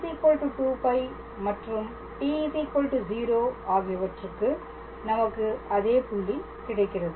t 2π மற்றும் t 0 ஆகியவற்றுக்கு நமக்கு அதே புள்ளி கிடைக்கிறது